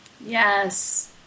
Yes